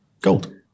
Gold